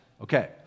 Okay